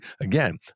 again